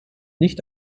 nicht